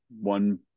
one